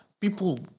People